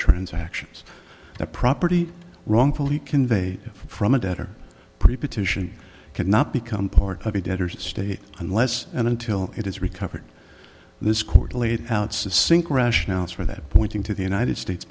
transactions that property wrongfully conveyed from a debtor preposition cannot become part of a debtor state unless and until it is recovered this court laid out sink rationales for that pointing to the united states